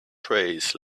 trays